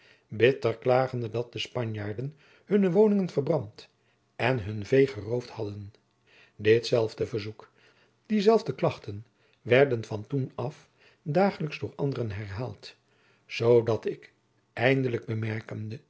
bitter klagende dat de spanjaarden hunne woningen verbrand en hun vee geroofd hadden ditzelfde verzoek diezelfde klachten werden van toen af dagelijks door anderen herhaald zoodal ik eindelijk bemerkende dat